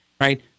right